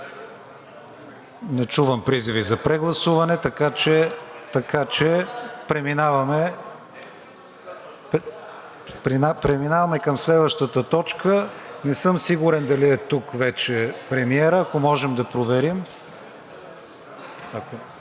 Не чувам призиви за прегласуване, така че преминаваме към следващата точка. Не съм сигурен дали е тук вече премиерът, ако можем да проверим.